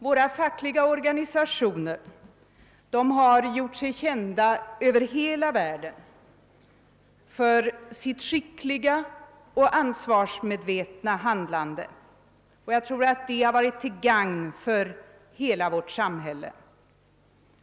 Våra fackliga organisationer har gjort sig kända över hela världen för sitt skickliga och ansvarsmedvetna handlande, som jag tror har varit till gagn för hela vårt samhälle.